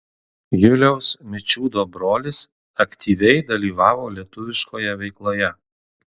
juliaus mičiūdo brolis aktyviai dalyvavo lietuviškoje veikloje